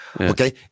Okay